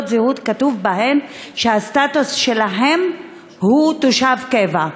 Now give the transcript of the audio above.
זהות שכתוב בהן שהסטטוס שלהם הוא תושב קבע.